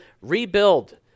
rebuild